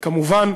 כמובן,